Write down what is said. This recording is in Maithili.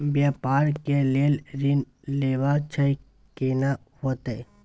व्यापार के लेल ऋण लेबा छै केना होतै?